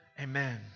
Amen